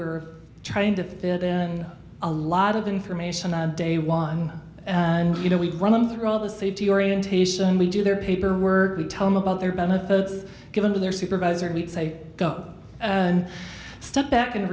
were trying to fit in a lot of information on day one and you know we run them through all the safety orientation we do their paperwork we tell him about their benefits given to their supervisor we say go and step back and